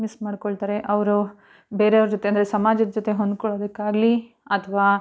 miss ಮಾಡಿಕೊಳ್ತಾರೆ ಅಔರು ಬೇರೆಯವ್ರ ಜೊತೆ ಅಂದರೆ ಸಮಾಜದ ಜೊತೆ ಹೊಂದ್ಕೊಳ್ಳೊದಕ್ಕಾಗ್ಲಿ ಅಥವಾ